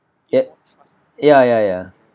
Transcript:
that ya ya ya